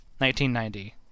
1990